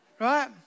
Right